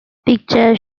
pictures